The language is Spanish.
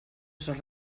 esos